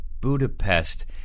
Budapest